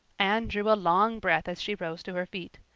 anne drew a long breath as she rose to her feet.